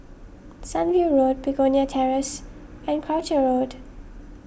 Sunview Road Begonia Terrace and Croucher Road